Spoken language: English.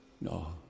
No